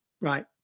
Right